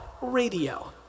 radio